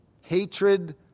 Hatred